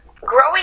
growing